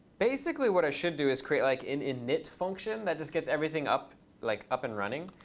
basically, what i should do is create like an init function that just gets everything up like up and running.